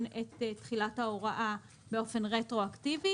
את תחילת ההוראה באופן רטרואקטיבי,